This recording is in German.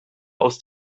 aus